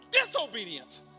disobedient